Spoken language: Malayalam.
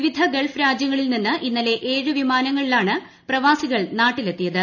വിവിധ ഗൾഫ് രാജ്യങ്ങളിൽ നിന്ന് ഇന്നലെ ഏഴ് വിമാനങ്ങളിലാണ് പ്രവാസികൾ നാട്ടിലെത്തിയത്